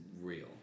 real